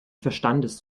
verstandes